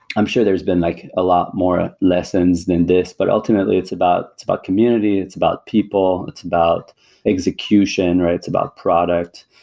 i'm sure there's been like a lot more lessons than this, but ultimately, it's about it's about community, it's about people, it's about execution, it's about product.